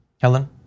Helen